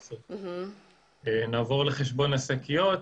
נעבור לחשבון השקיות,